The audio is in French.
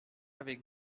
avec